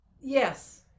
yes